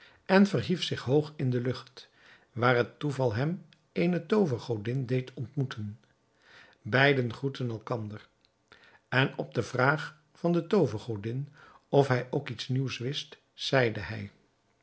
en verhief zich hoog in de lucht waar het toeval hem eene toovergodin deed ontmoeten beiden groetten elkander en op de vraag van de toovergodin of hij ook iets nieuws wist zeide hij